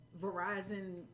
Verizon